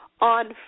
on